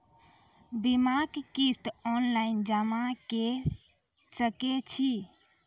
बीमाक किस्त ऑनलाइन जमा कॅ सकै छी?